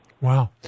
Wow